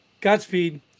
Godspeed